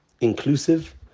inclusive